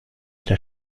der